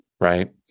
right